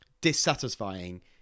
dissatisfying